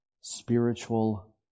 spiritual